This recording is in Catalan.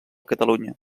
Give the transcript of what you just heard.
catalunya